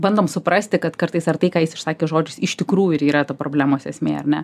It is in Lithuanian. bandom suprasti kad kartais ar tai ką jis išsakė žodžiais iš tikrųjų ir yra to problemos esmė ar ne